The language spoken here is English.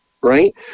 Right